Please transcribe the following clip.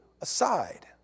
aside